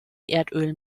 erdöl